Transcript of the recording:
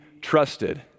trusted